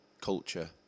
Culture